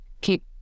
keep